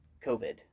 COVID